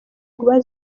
kuba